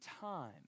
time